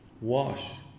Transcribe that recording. wash